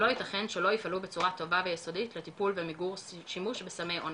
ולא יתכן שלא יפעלו בצורה טובה ויסודית לטיפול במיגור שימוש בסמי אונס.